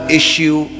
issue